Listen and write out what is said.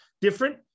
Different